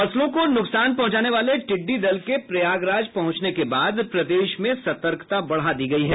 फसलों को न्कसान पहंचाने वाले टिड़डी दल के प्रयागराज पहचने के बाद प्रदेश में सतर्कता बढ़ा दी गयी है